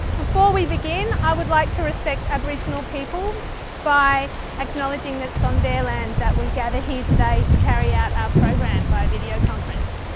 before we begin i would like to respect aboriginal people by acknowledging it that it's on their land that we gather here today to carry out our program by videoconference.